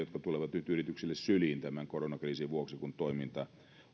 nyt yrityksille syliin tämän koronakriisin vuoksi kun toiminta